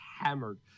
hammered